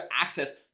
access